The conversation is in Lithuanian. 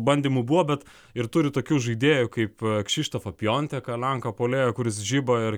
bandymų buvo bet ir turi tokių žaidėjų kaip kšištofo pjonteką lenką puolėjo kuris žiba ir